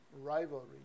rivalry